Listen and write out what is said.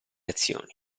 azioni